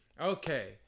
Okay